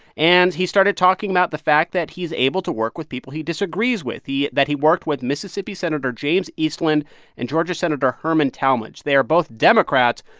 and he started talking about the fact that he's able to work with people he disagrees with. he that he worked with mississippi senator james eastland and georgia senator herman talmadge. they are both democrats,